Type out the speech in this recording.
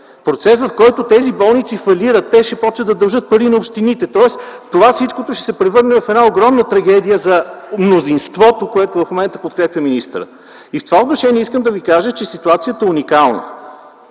процес, в който тези болници фалират. Те ще започнат да дължат пари на общините. Тоест всичко това ще се превърне в една огромна трагедия за мнозинството, което в момента подкрепя министъра. В това отношение ситуацията е уникална!